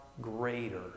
greater